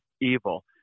evil